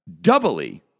doubly